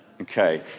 Okay